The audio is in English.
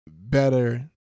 better